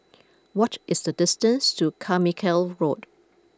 what is the distance to Carmichael Road